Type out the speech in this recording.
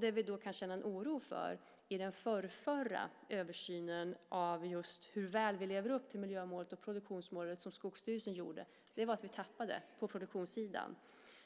Det vi kan känna oro för när det gäller den förrförra översynen av hur väl vi lever upp till miljömålet och produktionsmålet som Skogsstyrelsen tog fram är att vi har tappat på produktionssidan.